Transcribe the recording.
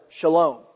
shalom